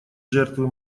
жертвы